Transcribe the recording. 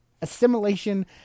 assimilation